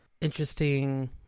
interesting